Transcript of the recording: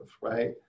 right